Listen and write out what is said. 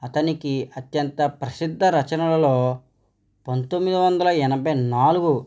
అతనికి అత్యంత ప్రసిద్ధ రచనలలో పంతొమ్మిది వందల ఎనభై నాలుగు